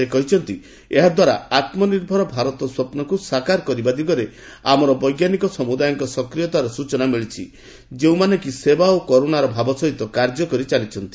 ସେ କହିଛନ୍ତି ଏହାଦ୍ୱାରା ଆତ୍ମନିର୍ଭର ଭାରତର ସ୍ୱପ୍ନକୁ ସାକାର କରିବା ଦିଗରେ ଆମର ବୈଜ୍ଞାନିକ ସମୁଦାୟଙ୍କ ସକ୍ରିୟତାର ସୂଚନା ମିଳିଛି ଯେଉଁମାନେ କି ସେବା ଓ କରୁଣାର ଭାବ ସହିତ କାର୍ଯ୍ୟ କରିଚାଲିଛନ୍ତି